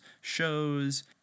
shows